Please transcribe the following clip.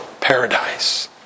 paradise